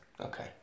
Okay